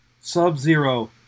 sub-zero